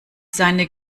seine